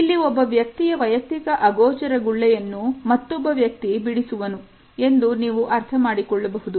ಇಲ್ಲಿ ಒಬ್ಬ ವ್ಯಕ್ತಿಯ ವೈಯಕ್ತಿಕ ಅಗೋಚರ ಗುಳ್ಳೆಯನ್ನು ಮತ್ತೊಬ್ಬ ವ್ಯಕ್ತಿ ಬಿಡಿಸುವನು ಎಂದು ನೀವು ಅರ್ಥಮಾಡಿಕೊಳ್ಳಬಹುದು